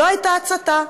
לא הייתה הצתה,